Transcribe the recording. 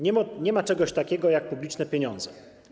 Nie ma czegoś takiego jak publiczne pieniądze.